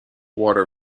water